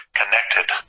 connected